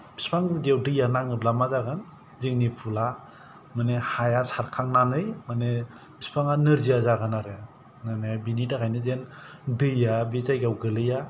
बिफां गुदियाव दैया नाङोब्ला मा जागोन जोंनि फुला माने हाया सारखांनानै माने बिफाङा नोरजिया जागोन आरो माने बिनि थाखायनो जेन दैया बे जायगायाव गोलैया